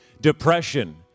depression